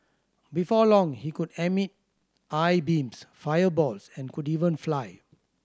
before long he could emit eye beams fireballs and could even fly